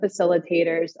facilitators